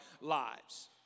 lives